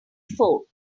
phone